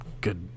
good